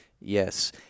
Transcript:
Yes